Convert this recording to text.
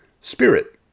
spirit